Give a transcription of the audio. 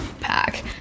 Pack